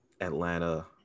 Atlanta